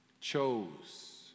chose